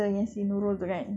then because